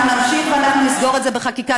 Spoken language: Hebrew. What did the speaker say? אנחנו נמשיך ואנחנו נסגור את זה בחקיקה,